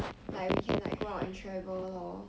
like we can go out and travel lor